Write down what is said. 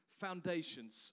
foundations